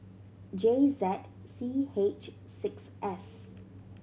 J Z C H six S